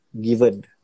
given